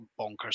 bonkers